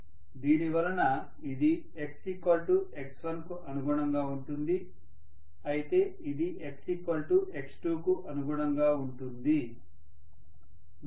దీని వలన ఇది xx1కు అనుగుణంగా ఉంటుంది అయితే ఇది xx2 కు అనుగుణంగా ఉంటుంది